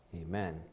amen